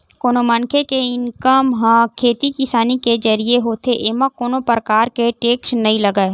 कोनो मनखे के इनकम ह खेती किसानी के जरिए होथे एमा कोनो परकार के टेक्स नइ लगय